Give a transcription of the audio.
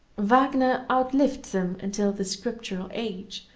wagner outlived them until the scriptural age,